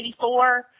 1984